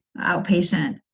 outpatient